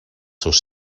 seus